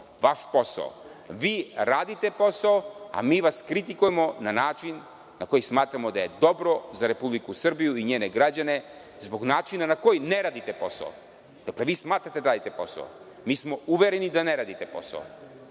vaš posao. Vi radite posao, a mi vas kritikujemo na način za koji smatramo da je dobro za Republiku Srbiju i njene građane zbog načina na koji ne radite posao. Dakle smatrate da radite posao, mi smo uvereni da ne radite posao.